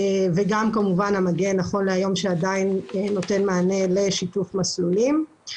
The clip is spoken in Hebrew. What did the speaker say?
גם המגן שנותן מענה, נכון להיום, לשיתוף מסלולים.